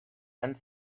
and